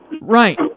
Right